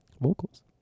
vocals